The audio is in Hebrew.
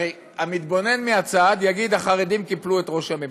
הרי המתבונן מהצד יגיד: החרדים קיפלו את ראש הממשלה.